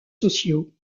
sociaux